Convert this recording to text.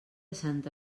santa